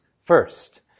first